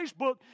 Facebook